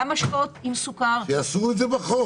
גם משקאות עם סוכר וגם